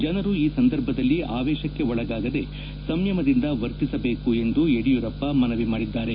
ಜನರು ಈ ಸಂದರ್ಭದಲ್ಲಿ ಅವೇಶಕ್ಕೆ ಒಳಗಾಗದೆ ಸಂಯಮದಿಂದ ವರ್ತಿಸಬೇಕು ಎಂದು ಯಡಿಯೂರಪ್ಪ ಮನವಿ ಮಾಡಿಕೊಂಡಿದ್ದಾರೆ